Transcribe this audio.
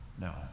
No